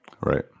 Right